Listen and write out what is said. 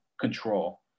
control